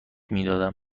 میدادم